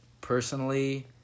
personally